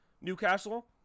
Newcastle